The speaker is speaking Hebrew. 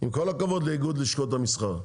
עם כל הכבוד לאיגוד לשכות המסחר.